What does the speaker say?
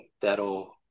that'll